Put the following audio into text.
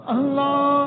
Allah